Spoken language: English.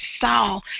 saw